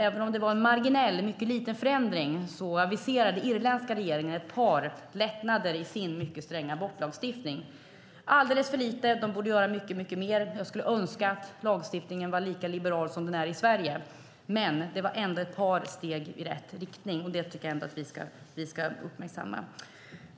Även om det var en marginell, mycket liten, förändring aviserade den irländska regeringen ett par lättnader i sin mycket stränga abortlagstiftning. Det är alldeles för lite. De borde göra mycket mer. Jag skulle önska att lagstiftningen var lika liberal som den är i Sverige. Men det var ändå ett par steg i rätt riktning, och det tycker jag att vi ska uppmärksamma.